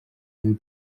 ein